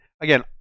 again